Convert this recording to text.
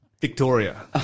Victoria